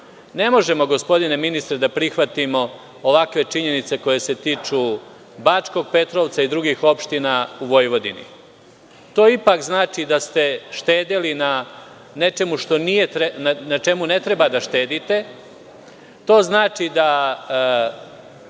možemo, gospodine ministre, da prihvatimo ovakve činjenice koje se tiču Bačkog Petrovca i drugih opština u Vojvodini. To ipak znači da ste štedeli na čemu ne treba da štedite. To znači da